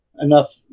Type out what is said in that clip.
enough